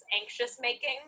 anxious-making